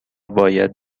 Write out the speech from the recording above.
باید